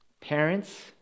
Parents